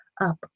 up